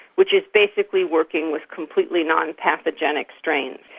which is basically working with completely non-pathogenic strains.